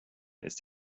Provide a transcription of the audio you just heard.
ist